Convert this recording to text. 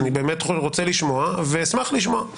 אני באמת רוצה לשמוע ואשמח לשמוע.